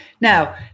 Now